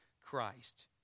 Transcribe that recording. Christ